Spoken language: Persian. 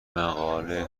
مقاله